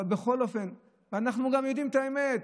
אבל בכל אופן, אנחנו גם יודעים את האמת,